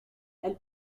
elle